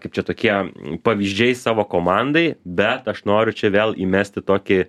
kaip čia tokie pavyzdžiai savo komandai bet aš noriu čia vėl įmesti tokį